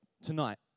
tonight